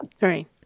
Right